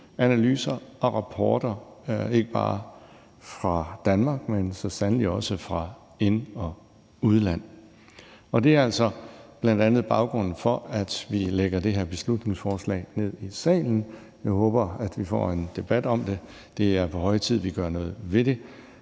analyser og rapporter, ikke bare fra Danmark, men så sandelig også fra udlandet. Det er altså bl.a. baggrunden for, at vi fremsætter det her beslutningsforslag i salen. Jeg håber, at vi får en debat om det. Det er på høje tid, at vi gør noget ved det.